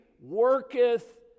worketh